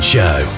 Show